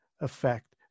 effect